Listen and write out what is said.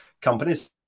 companies